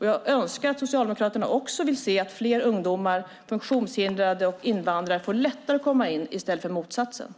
Jag önskar att Socialdemokraterna också vill se att fler ungdomar, funktionshindrade och invandrare får lättare att komma in på arbetsmarknaden i stället för motsatsen.